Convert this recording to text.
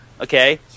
Okay